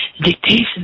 dictation